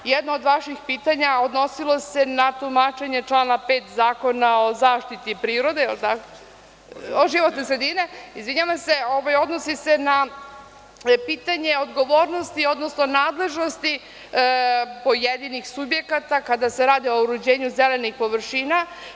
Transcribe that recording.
Jedno od vaših pitanja odnosilo se na tumačenje člana 5. Zakona o zaštiti životne sredine, odnosi se na pitanje odgovornosti, odnosno nadležnosti pojedinih subjekata, kada se radi o uređenju zelenih površina.